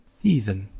heathen,